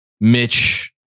Mitch